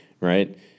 right